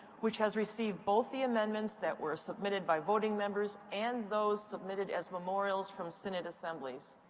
which has received both the amendments that were submitted by voting members and those submitted as memorials from synod assemblies.